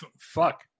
fuck